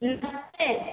नमस्ते